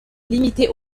limitée